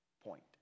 point